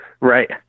Right